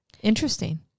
Interesting